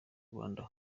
rwanda